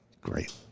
great